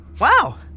Wow